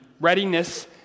readiness